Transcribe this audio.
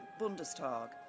Bundestag